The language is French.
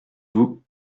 vous